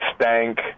stank